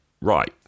right